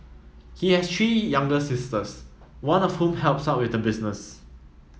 he has three younger sisters one of whom helps out with the business